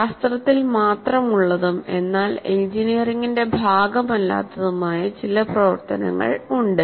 ശാസ്ത്രത്തിൽ മാത്രമുള്ളതും എന്നാൽ എഞ്ചിനീയറിംഗിന്റെ ഭാഗമല്ലാത്തതുമായ ചില പ്രവർത്തനങ്ങൾ ഉണ്ട്